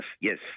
yes